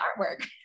artwork